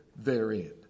Therein